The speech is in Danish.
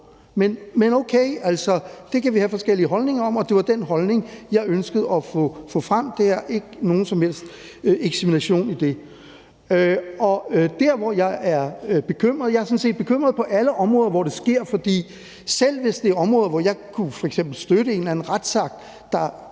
men okay, det kan vi have forskellige holdninger om, og det var den holdning, jeg ønskede at få frem; der var ikke nogen som helst eksamination i det. Når det kommer til, hvor jeg er bekymret, er jeg sådan set bekymret på alle områder, hvor det sker, for selv hvis det er områder, hvor jeg f.eks. kunne støtte en eller anden retsakt, der